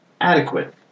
Adequate